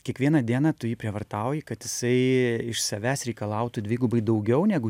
kiekvieną dieną tu jį prievartauji kad jisai iš savęs reikalautų dvigubai daugiau negu